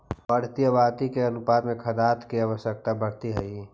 बढ़ीत आबादी के अनुपात में खाद्यान्न के आवश्यकता बढ़ीत हई